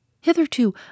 Hitherto